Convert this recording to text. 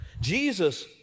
Jesus